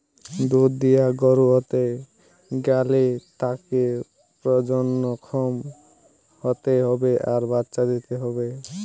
দুধ দিয়া গরু হতে গ্যালে তাকে প্রজনন ক্ষম হতে হবে আর বাচ্চা দিতে হবে